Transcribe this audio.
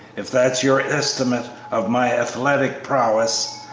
if that's your estimate of my athletic prowess,